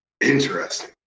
interesting